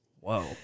Whoa